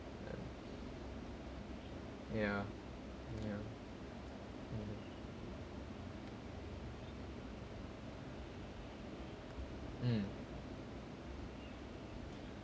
ya ya mm mm